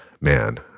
man